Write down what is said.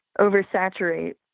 oversaturate